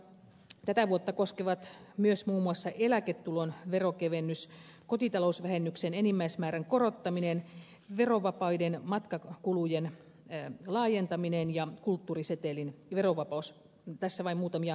tätä vuotta koskevat myös muun muassa eläketulon veronkevennys kotitalousvähennyksen enimmäismäärän korottaminen verovapaiden matkakulujen laajentaminen ja kulttuurisetelin verovapaus tässä vain muutamia esimerkkejä